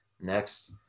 Next